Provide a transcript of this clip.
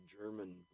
German